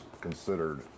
considered